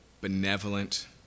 benevolent